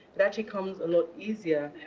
it actually comes a lot easier.